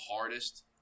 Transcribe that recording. hardest